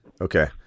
Okay